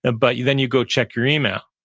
and but you, then you go check your email,